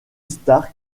stark